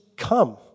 Come